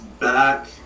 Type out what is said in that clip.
back